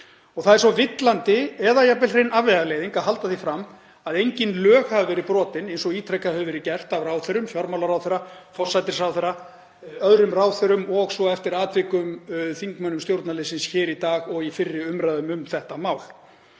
Það er síðan villandi eða jafnvel hrein afvegaleiðing að halda því fram að engin lög hafi verið brotin eins og ítrekað hefur verið gert af ráðherrum; fjármálaráðherra, forsætisráðherra og öðrum ráðherrum og eftir atvikum þingmönnum stjórnarliðsins hér í dag og í fyrri umræðum um þetta mál.